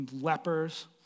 lepers